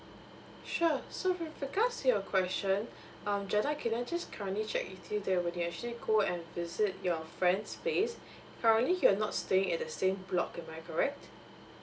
sure so with regards to your question um jenna can I just currently check with you that when you actually go and visit your friend's place currently you are not staying at the same block am I correct